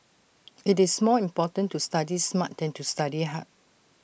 IT is more important to study smart than to study hard